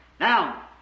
Now